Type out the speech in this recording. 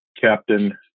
captain